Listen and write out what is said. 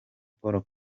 paul